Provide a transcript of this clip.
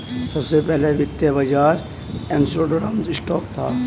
सबसे पहला वित्तीय बाज़ार एम्स्टर्डम स्टॉक था